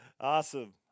Awesome